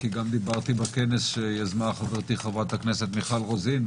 כי גם דיברתי בכנס שיזמה חברתי חברת הכנסת מיכל רוזין,